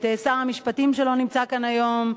את שר המשפטים, שלא נמצא כאן היום.